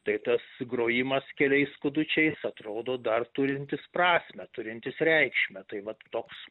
tai tas grojimas keliais skudučiais atrodo dar turintis prasmę turintis reikšmę tai vat toks